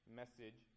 message